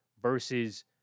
versus